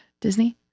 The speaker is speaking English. Disney